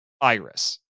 Iris